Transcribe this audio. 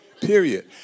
Period